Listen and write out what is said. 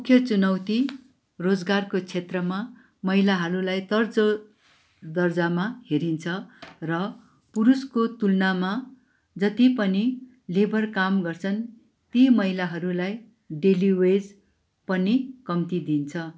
मुख्य चुनौती रोजगारको क्षेत्रमा महिलाहरूलाई तल्लो दर्जामा हेरिन्छ र पुरुषको तुलनामा जति पनि लेबर काम गर्छन् ती महिलाहरूलाई डेली वेज पनि कम्ति दिन्छ